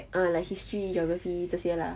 ah like history geography 这些啦